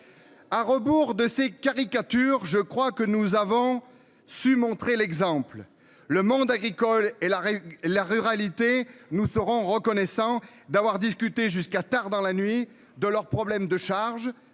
À rebours de ses caricatures. Je crois que nous avons su montrer l'exemple. Le monde agricole et la la ruralité nous serons reconnaissants d'avoir discuté jusqu'à tard dans la nuit de leurs problèmes de charges